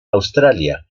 australia